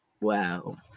wow